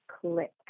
Click